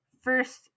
first